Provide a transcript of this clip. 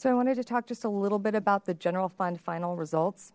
so i wanted to talk just a little bit about the general fund final results